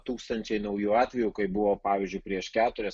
tūkstančiai naujų atvejų kaip buvo pavyzdžiui prieš keturias